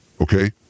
Okay